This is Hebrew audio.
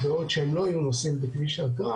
בעוד שהם לא היו נוסעים בכביש אגרה